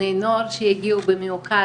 בני נוער שהגיעו במיוחד,